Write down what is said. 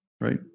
right